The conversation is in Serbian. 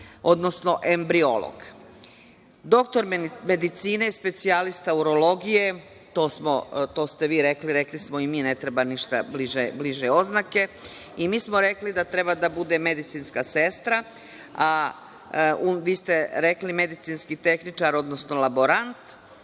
odnosno embriolog; doktor medicine – specijalista urologije, to ste vi rekli, rekli smo i mi, ne treba bliže oznake, i mi smo rekli da treba da bude medicinska sestra. Vi ste rekli – medicinski tehničar, odnosno laborant.